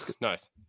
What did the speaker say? Nice